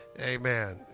Amen